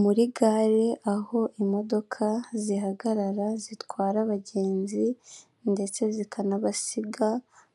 Muri gare, aho imodoka zihagarara zitwara abagenzi ndetse zikanabasiga,